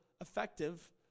effective